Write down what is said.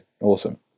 awesome